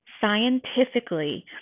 scientifically